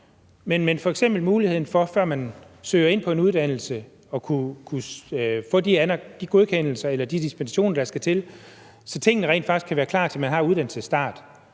f.eks. muligheden for, at man, før man søger ind på en uddannelse, kan få de godkendelser eller dispensationer, der skal til, så tingene rent faktisk kan være klar, når man har uddannelsesstart,